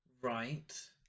Right